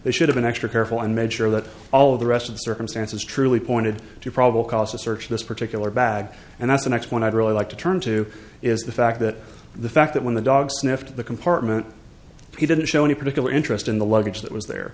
they should have an extra careful and make sure that all of the rest of the circumstances truly pointed to probable cause to search this particular bag and that's the next one i'd really like to turn to is the fact that the fact that when the dog sniffed the compartment he didn't show any particular interest in the luggage that was there